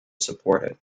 supported